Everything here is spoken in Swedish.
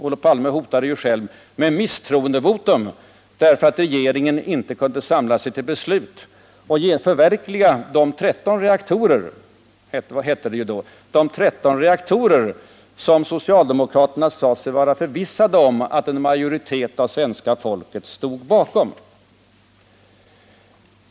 Olof Palme hotade ju själv med misstroendevotum för att regeringen inte kunde samla sig till beslut och ta i drift de 13 reaktorer som socialdemokraterna sade sig vara förvissade om att en majoritet av svenska folket stod bakom.